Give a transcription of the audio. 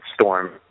storm